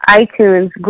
iTunes